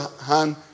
hand